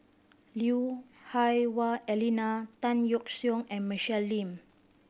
Lui Hah Wah Elena Tan Yeok Seong and Michelle Lim